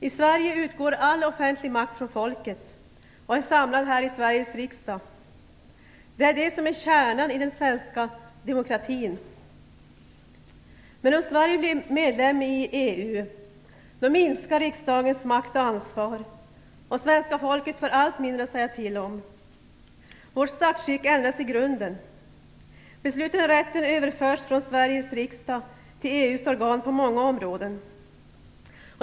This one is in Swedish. I Sverige utgår all offentlig makt från folket, samlad i Sveriges riksdag. Det är kärnan i den svenska demokratin. Men om Sverige blir medlem i Europeiska unionen, minskar riksdagens makt och ansvar och svenska folket får allt mindre att säga till om. Vårt statsskick ändras i grunden. Beslutanderätten överförs från Sveriges riksdag till EU:s organ på många områden.